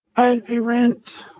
i pay rent